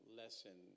lesson